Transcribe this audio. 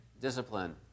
discipline